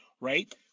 right